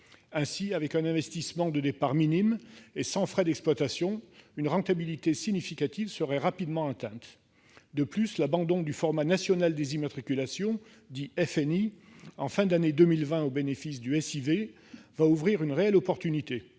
Ainsi, avec un investissement de départ minime et sans frais d'exploitation, une rentabilité significative serait rapidement atteinte. De plus, l'abandon du fichier national des immatriculations, dit FNI, à la fin de l'année 2020, au bénéfice du SIV, représente une réelle opportunité.